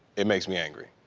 it makes me angry,